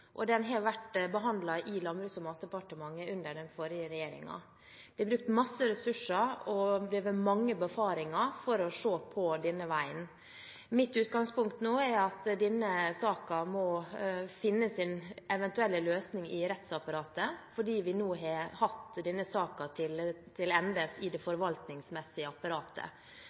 og den har vært behandlet i Landbruks- og matdepartementet under den forrige regjeringen. Det er brukt masse ressurser, og det har vært mange befaringer for å se på denne veien. Mitt utgangspunkt nå er at denne saken må finne sin eventuelle løsning i rettsapparatet, fordi vi nå har hatt den saken til ende i det forvaltningsmessige apparatet.